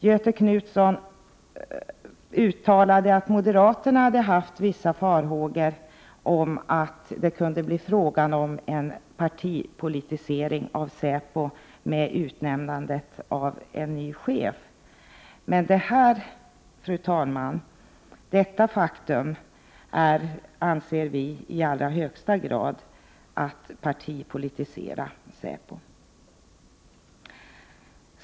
Göthe Knutson uttalade att moderaterna hade haft vissa farhågor för att det kunde bli fråga om en partipolitisering av säpo med utnämnandet av en ny chef. Men detta faktum, fru talman, anser vi i allra högsta grad är att partipolitisera säpo.